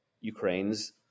Ukraine's